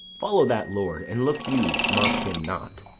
follow that lord and look you mock him not.